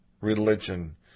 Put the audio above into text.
religion